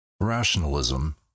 Rationalism